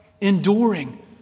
enduring